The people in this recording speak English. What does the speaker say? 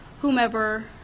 whomever